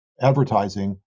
advertising